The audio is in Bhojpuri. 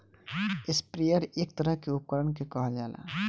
स्प्रेयर एक तरह के उपकरण के कहल जाला